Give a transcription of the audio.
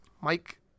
Mike